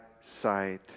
sight